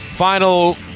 final